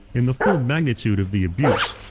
in the full magnitude of the abuse,